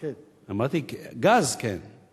גז, כן.